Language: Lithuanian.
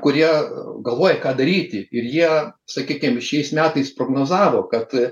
kurie galvoja ką daryti ir jie sakykim šiais metais prognozavo kad